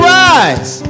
rise